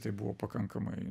tai buvo pakankamai